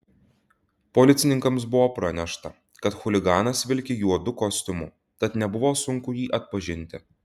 policininkams buvo pranešta kad chuliganas vilki juodu kostiumu tad nebuvo sunku jį atpažinti